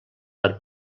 per